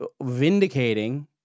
vindicating